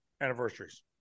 anniversaries